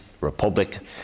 Republic